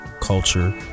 culture